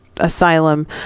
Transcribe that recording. asylum